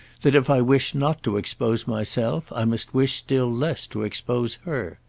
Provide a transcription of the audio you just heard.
that if i wish not to expose myself i must wish still less to expose her.